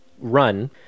run